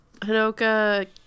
Hanoka